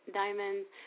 diamonds